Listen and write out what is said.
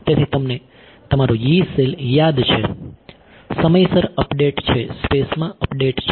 તેથી તમને તમારો Yee સેલ યાદ છે સમયસર અપડેટ છે સ્પેસમાં અપડેટ છે